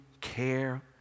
care